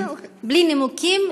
בלי נימוקים.